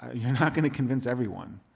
ah you're not going to convince everyone,